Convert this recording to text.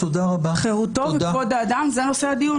חירותו וכבוד האדם, זה נושא הדיון.